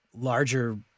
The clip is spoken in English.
larger